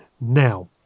now